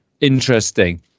interesting